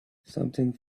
something